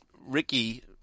Ricky